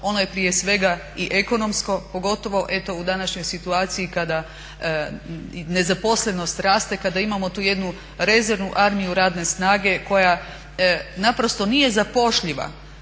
Ono je prije svega i ekonomsko pogotovo eto u današnjoj situaciji kada nezaposlenost raste, kada imamo tu jednu rezervnu armiju radne snage koja naprosto nije zapošljiva.